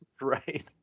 right